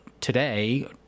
today